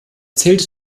zählte